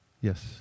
Yes